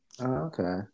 okay